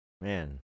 man